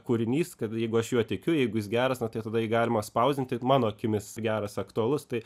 kūrinys kad jeigu aš juo tikiu jeigu jis geras na tada jį galima spausdinti mano akimis geras aktualus tai